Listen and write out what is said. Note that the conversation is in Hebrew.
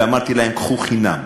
ואמרתי להן: קחו חינם.